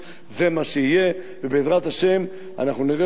ובעזרת השם אנחנו נראה אותם חוזרים לארצותיהם,